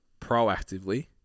proactively